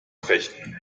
fechten